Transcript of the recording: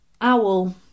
Owl